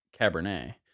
cabernet